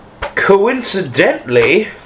Coincidentally